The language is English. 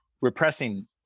repressing